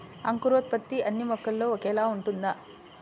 అంకురోత్పత్తి అన్నీ మొక్కల్లో ఒకేలా ఉంటుందా?